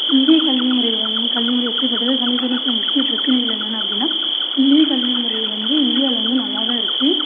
இந்திய கல்விமுறை வந்து கல்விமுறை எப்டிப்பட்டது அது சந்தித்து வரும் சில முக்கிய பிரச்சனைகள் என்னென்ன அப்படின்னா இந்திய கல்விமுறை வந்து இந்தியாவில் வந்து நல்லா தான் இருக்கு